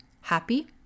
happy